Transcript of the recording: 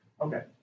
okay